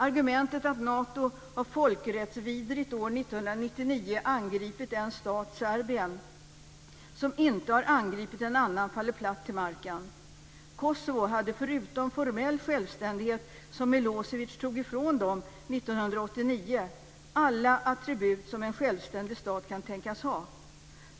Argumentet att Nato år 1999 folkrättsvidrigt har angripit en stat, Serbien, som inte har angripit en annan faller platt till marken. Kosovo hade förutom formell självständighet, som Milosevic tog ifrån Kosovo 1989, alla attribut som en självständig stat kan tänkas ha.